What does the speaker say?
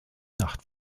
nacht